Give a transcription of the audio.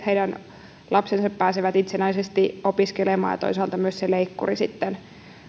heidän lapsensa pääsevät itsenäisesti opiskelemaan ja toisaalta myös se leikkuri sitten